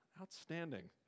Outstanding